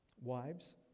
wives